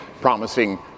promising